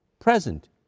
present